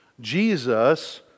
Jesus